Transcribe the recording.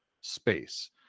space